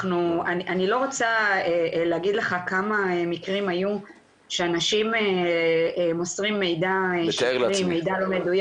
אני לא רוצה להגיד לך כמה מקרים היו שאנשים מוסרים מידע לא מדויק,